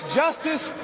justice